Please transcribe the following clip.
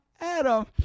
Adam